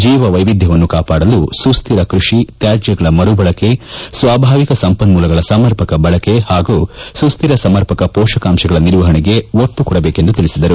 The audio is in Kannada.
ಜೀವ ವೈವಿಧ್ಯತೆಯನ್ನು ಕಾಪಾಡಲು ಸುಸ್ತಿರ ಕೃಷಿ ತ್ಯಾಜ್ದಗಳ ಮರುಬಳಕೆ ಸ್ವಾಭಾವಿಕ ಸಂಪನ್ಮೂಲಗಳ ಸಮರ್ಪಕ ಬಳಕೆ ಹಾಗೂ ಸುಸ್ತಿರ ಸಮರ್ಪಕ ಪೋಷಕಾಂಶಗಳ ನಿರ್ವಹಣೆಗೆ ಒತ್ತು ಕೊಡಬೇಕೆಂದು ತಿಳಿಸಿದರು